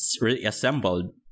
reassembled